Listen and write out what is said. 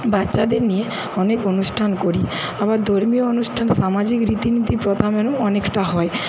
বাচ্চাদের নিয়ে অনেক অনুষ্ঠান করি আবার ধর্মীয় অনুষ্ঠান সামাজিক রীতিনীতি প্রথা মেনেও অনেকটা হয়